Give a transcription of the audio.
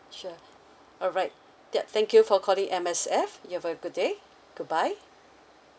sure alright yup thank you for calling M_S_F you have a good day goodbye